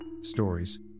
stories